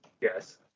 yes